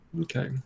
Okay